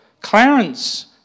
Clarence